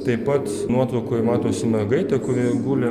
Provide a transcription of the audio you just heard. taip pat nuotraukoj matosi mergaitė kuri guli